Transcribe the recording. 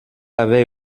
avait